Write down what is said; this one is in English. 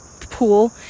pool